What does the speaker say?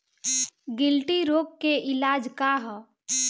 गिल्टी रोग के इलाज का ह?